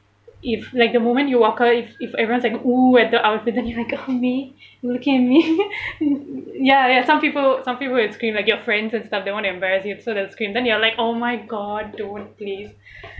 if like the moment you walk out if if everyone is like oo I was wonder look at me looking at me ya ya some people some people would scream like your friends and stuff they want to embarrass you so they'll scream then you are like oh my god don't please